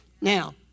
Now